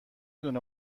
دونه